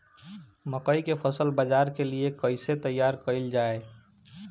मकई के फसल बाजार के लिए कइसे तैयार कईले जाए?